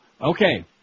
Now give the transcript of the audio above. Okay